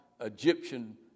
Egyptian